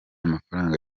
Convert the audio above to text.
amafaranga